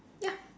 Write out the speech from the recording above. ya